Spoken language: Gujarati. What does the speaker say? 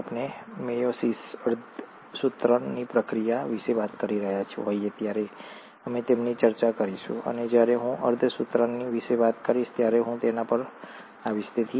જ્યારે આપણે મેયોસિસઅર્ધસૂત્રણ ની પ્રક્રિયા વિશે વાત કરી રહ્યા હોઈએ ત્યારે અમે તેમની ચર્ચા કરીશું અને જ્યારે હું અર્ધસૂત્રણ વિશે વાત કરીશ ત્યારે હું તેના પર આવીશ